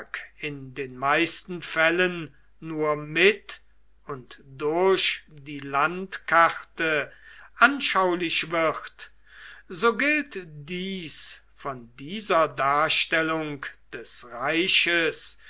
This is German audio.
in den meisten fällen nur mit und durch die landkarte anschaulich wird so gilt dies von dieser darstellung des reiches